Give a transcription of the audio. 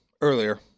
earlier